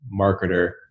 marketer